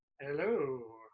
Hello